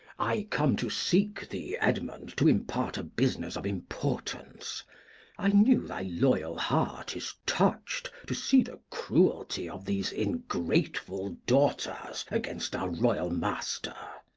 i come to seek thee, edmund, to impart a business of importance i knew thy loyal heart is toucht to see the cruelty of these ingratefull daughters against our royal master